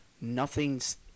Nothing's